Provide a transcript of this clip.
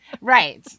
Right